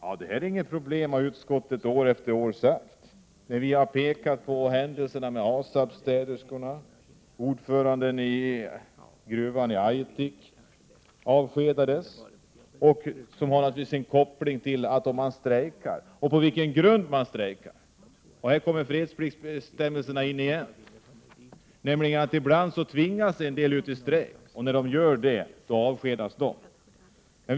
Detta är inget problem, har utskottet sagt år efter år, när vi har pekat på händelser som avskedandet av ASAB-städerskorna och av fackordföranden vid gruvan i Aitik. Avskedandena hade naturligtvis en koppling till att man strejkat och på vilken grund man strejkat. Här kommer fredspliktsbestämmelserna in igen. Ibland tvingas nämligen en del arbetare ut i strejk, och när de strejkar avskedas de.